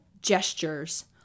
gestures